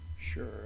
sure